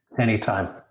anytime